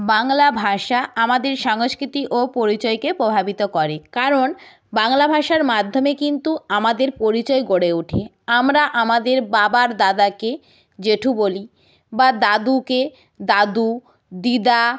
বাংলা ভাষা আমাদের সংস্কৃতি ও পরিচয়কে প্রভাবিত করে কারণ বাংলা ভাষার মাধ্যমে কিন্তু আমাদের পরিচয় গড়ে ওঠে আমরা আমাদের বাবার দাদাকে জেঠু বলি বা দাদুকে দাদু দিদা